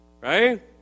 Right